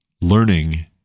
learning